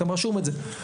גם רשום את זה,